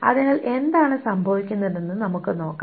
അതിനാൽ എന്താണ് സംഭവിക്കുന്നതെന്ന് നമുക്ക് നോക്കാം